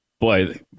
Boy